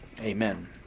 Amen